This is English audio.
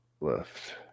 left